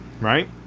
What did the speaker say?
Right